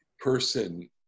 person